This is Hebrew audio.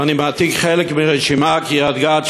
ואני מעתיק חלק מהרשימה: קריית-גת,